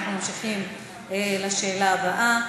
אנחנו ממשיכים לשאלה הבאה.